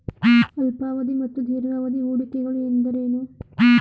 ಅಲ್ಪಾವಧಿ ಮತ್ತು ದೀರ್ಘಾವಧಿ ಹೂಡಿಕೆಗಳು ಎಂದರೇನು?